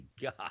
God